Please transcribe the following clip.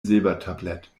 silbertablett